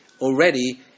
already